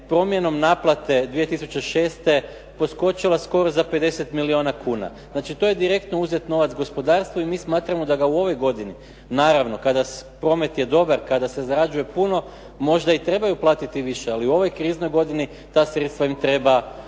promjenom naplate 2006. poskočila skoro za 50 milijuna kuna. Znači, to je direktno uzet novac gospodarstvu i mi smatramo da ga u ovoj godini naravno kada promet je dobar, kada se zarađuje puno možda i trebaju platiti više ali u ovoj kriznoj godini ta sredstva im treba dati